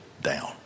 down